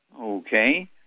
Okay